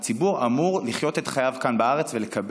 הציבור אמור לחיות את חייו כאן בארץ ולקבל